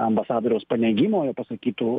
ambasadoriaus paneigimo ir pasakytų